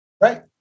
Right